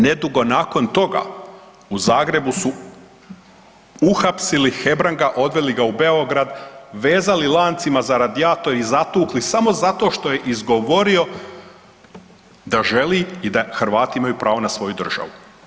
Nedugo nakon toga u Zagrebu su uhapsili Hebranga odveli ga u Beograd, vezali lancima za radijator i zatukli samo zato što je izgovorio da želi i da Hrvati imaju pravo na svoju državu.